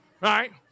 right